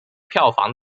票房